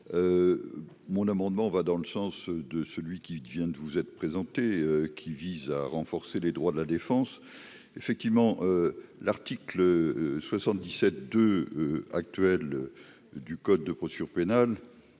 mon amendement va dans le sens de celui qui devient, de vous êtes présenté qui vise à renforcer les droits de la défense, effectivement, l'article 77 de actuelles du code de procédure pénale,